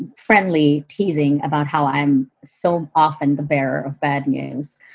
and friendly teasing about how i'm so often the bearer of bad news.